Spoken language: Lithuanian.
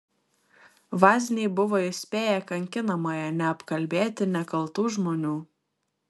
vazniai buvo įspėję kankinamąją neapkalbėti nekaltų žmonių